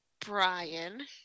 brian